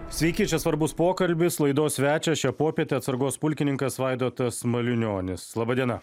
sveiki čia svarbus pokalbis laidos svečias šią popietę atsargos pulkininkas vaidotas malinionis laba diena